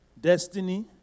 Destiny